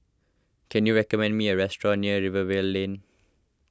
can you recommend me a restaurant near Rivervale Lane